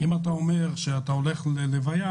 אם אתה אומר שאתה נוסע להלוויה,